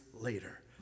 later